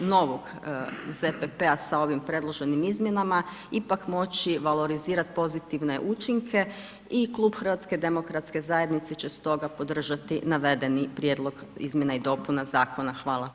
novog ZPP-a sa ovim predloženim izmjenama, ipak moći valorizirat pozitivne učinke i klub HDZ-a će stoga podržati navedeni prijedlog izmjena i dopuna zakona, hvala.